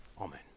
Amen